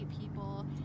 people